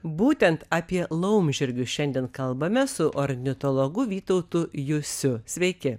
būtent apie laumžirgius šiandien kalbame su ornitologu vytautu jusiu sveiki